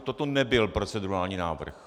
Toto nebyl procedurální návrh.